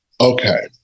okay